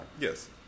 Yes